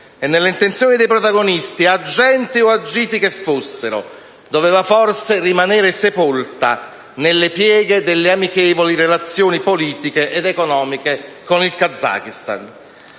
e, nelle intenzioni dei protagonisti, agenti o agiti che fossero, doveva forse rimanere sepolta nelle pieghe delle amichevoli relazioni politiche ed economiche con il Kazakistan.